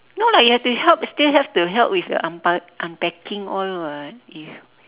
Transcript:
no lah you have you to help still have to help with the unpack~ unpacking all [what] if